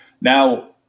Now